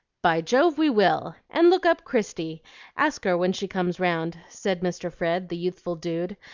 by jove, we will! and look up christie ask her when she comes round, said mr. fred, the youthful dude,